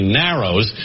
narrows